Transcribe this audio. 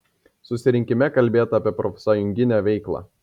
susirinkime kalbėta apie profsąjunginę veiklą